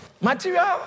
Material